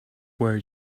where